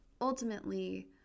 ultimately